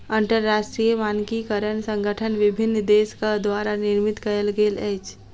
अंतरराष्ट्रीय मानकीकरण संगठन विभिन्न देसक द्वारा निर्मित कयल गेल अछि